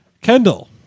Kendall